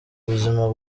buzima